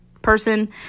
person